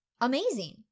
amazing